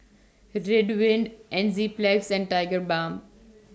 Ridwind Enzyplex and Tigerbalm